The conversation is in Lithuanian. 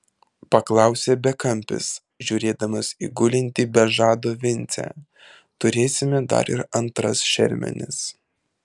paklausė bekampis žiūrėdamas į gulintį be žado vincę turėsime dar ir antras šermenis